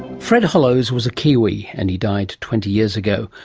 fred hollows was a kiwi and he died twenty years ago,